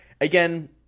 Again